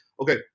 okay